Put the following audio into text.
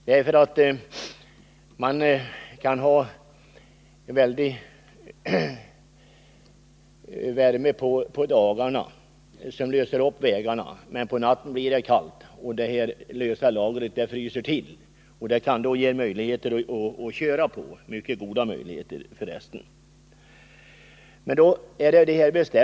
Det kan vara varmt på dagarna, så att vägarna löses upp, men på natten blir det kallt; det lösa lagret fryser då till, och det kan finnas möjligheter att köra på det — mycket goda möjligheter för resten.